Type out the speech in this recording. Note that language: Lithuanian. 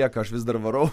kiek aš vis dar varau